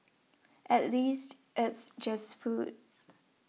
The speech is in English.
at least it's just food